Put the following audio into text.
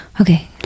Okay